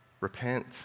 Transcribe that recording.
Repent